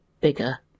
bigger